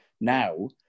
Now